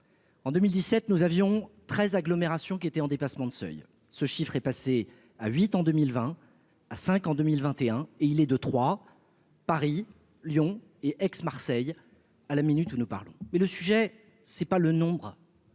en 2017, nous avions 13 agglomérations qui était en dépassement de seuil, ce chiffre est passé à 8 en 2020 à 5 en 2021 et il est de 3 Paris Lyon et Aix-Marseille à la minute où nous parlons, mais le sujet c'est pas le nombre.